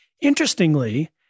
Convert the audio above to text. Interestingly